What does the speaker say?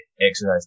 exercise